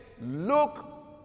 look